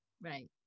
Right